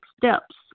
steps